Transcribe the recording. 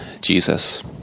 Jesus